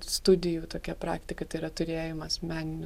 studijų tokia praktika tai yra turėjimas meninių